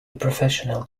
professional